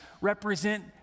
represent